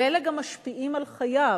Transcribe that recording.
ואלה גם משפיעים על חייו.